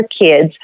kids